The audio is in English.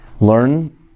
learn